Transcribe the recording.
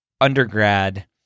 undergrad